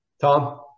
Tom